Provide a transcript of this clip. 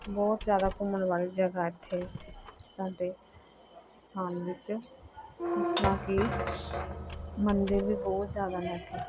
ਬਹੁਤ ਜ਼ਿਆਦਾ ਘੁੰਮਣ ਵਾਲੀ ਜਗ੍ਹਾ ਇੱਥੇ ਸਾਡੇ ਸਥਾਨ ਵਿੱਚ ਜਿਸ ਤਰ੍ਹਾਂ ਕਿ ਮੰਦਰ ਵੀ ਬਹੁਤ ਜ਼ਿਆਦਾ ਨੇ ਇੱਥੇ